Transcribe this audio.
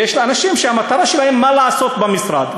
ויש אנשים שהמטרה שלהם היא מה לעשות במשרד.